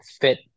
fit